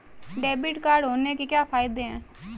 Debit card होने के क्या फायदे हैं?